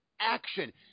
action